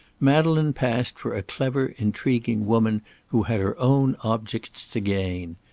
madeleine passed for a clever, intriguing woman who had her own objects to gain.